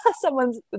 someone's